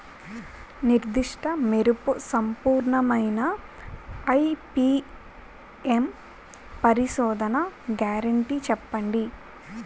నిర్దిష్ట మెరుపు సంపూర్ణమైన ఐ.పీ.ఎం పరిశోధన గ్యారంటీ చెప్పండి?